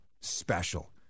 special